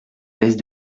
bèze